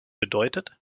bedeutet